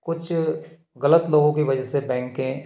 कुछ गलत लोगों की वजह से बैंके